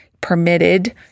permitted